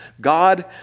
God